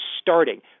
starting